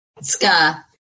Ska